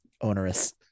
onerous